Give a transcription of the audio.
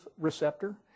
receptor